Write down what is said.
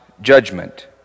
judgment